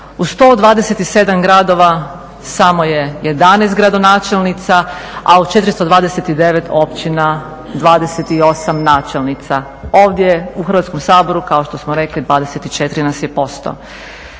u 127 gradova samo je 11 gradonačelnica, a od 429 općina 28 načelnica. Ovdje u Hrvatskom saboru kao što smo rekli 24 nas je posto.